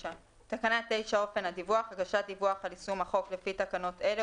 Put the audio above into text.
אופן הדיווח 9.הגשת דיווח על יישום החוק לפי תקנות אלה,